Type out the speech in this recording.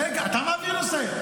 רגע, אתה מעביר נושא.